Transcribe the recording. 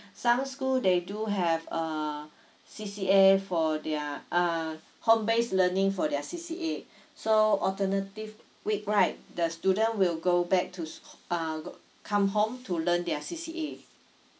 some school they do have uh C_C_A for their uh home based learning for their C_C_A so alternative way right the student will go back to uh come home to learn their C_C_A